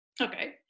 Okay